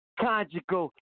conjugal